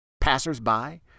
passers-by